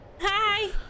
Hi